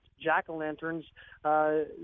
jack-o'-lanterns